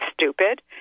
stupid